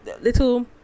little